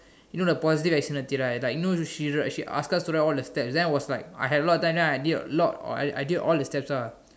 you know the positive externality right like I know she re~ she asked us to write all the steps then I was like I had a lot of time then I did I I did a lot I did all the steps lah